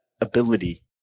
ability